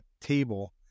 table